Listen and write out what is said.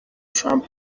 trump